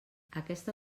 aquesta